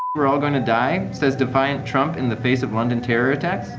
we're all going to die, says defiant trump in the face of london terror attacks.